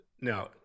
Now